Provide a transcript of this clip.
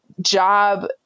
job